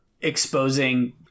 exposing